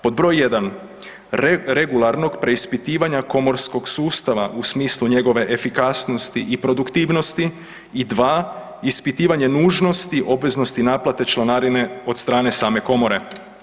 Pod broj 1, regularnog preispitivanja komorskog sustava u smislu njegove efikasnosti i produktivnosti i 2 ispitivanje nužnosti obveznosti naplate članarine od strane same komore.